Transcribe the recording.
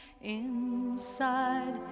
Inside